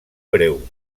breu